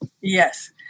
Yes